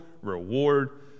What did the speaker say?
reward